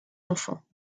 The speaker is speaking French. enfants